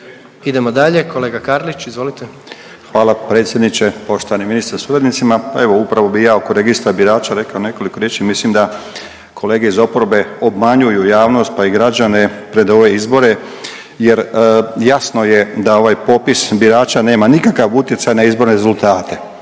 Idemo dalje. Kolega Karlić, izvolite. **Klarić, Tomislav (HDZ)** Hvala predsjedniče, poštovani ministre sa suradnicima. Pa evo upravo bih ja oko registra birača rekao nekoliko riječi. Mislim da kolege iz oporbe obmanjuju javnost pa i građane pred ove izbore, jer jasno je da ovaj popis birača nema nikakav utjecaj na izborne rezultate.